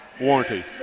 warranty